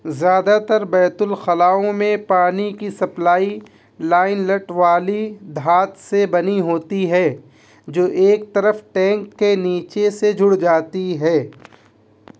زیادہ تر بیت الخلاؤں میں پانی کی سپلائی لائن لٹ والی دھات سے بنی ہوتی ہے جو ایک طرف ٹینک کے نیچے سے جڑ جاتی ہے